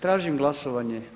Tražim glasovanje